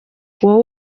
wowe